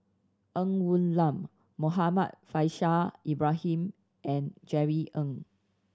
Ng Woon Lam Muhammad Faishal Ibrahim and Jerry Ng